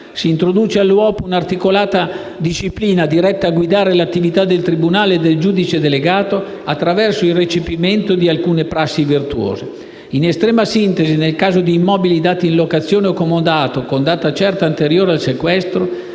Si introduce, all'uopo, un'articolata disciplina diretta a guidare l'attività del tribunale e del giudice delegato, attraverso il recepimento di alcune prassi virtuose. In estrema sintesi, nel caso di immobili dati in locazione o comodato con data certa anteriore al sequestro,